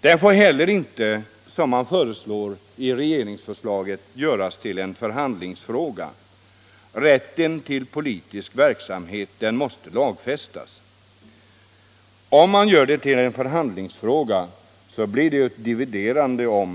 Den får heller inte — som fallet blir enligt regeringsförslaget — göras till en förhandlingsfråga. Rätten till politisk verksamhet måste lagfästas. Gör man den till en förhandlingsfråga blir det ju ett dividerande om